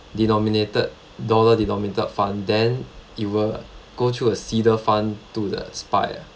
denominated dollar denominated fund then it will go through a seeder fund to the SPY